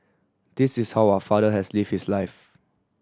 this is how our father has lived his life